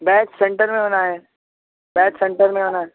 بیچ center میں ہونا ہے بیچ سنٹر میں ہونا ہے